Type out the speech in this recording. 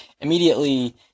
immediately